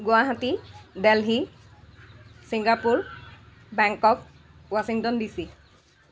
Guwahati Delhi Singapore Bangkok Washington DC